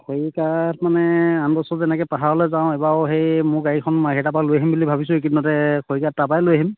খৰি কাঠ মানে আন বছৰ যেনেকৈ পাহাৰলৈ যাওঁ এইবাৰো সেই মোৰ গাড়ীখন মাৰ্ঘেৰিটাৰ পৰা লৈ আহিম বুলি ভাবিছোঁ এইকেইদিনতে খৰি কাঠ তাৰপৰাই লৈ আহিম